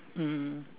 mm